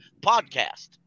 podcast